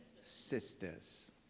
sisters